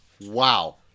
Wow